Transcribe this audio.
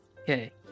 Okay